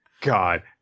god